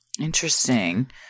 Interesting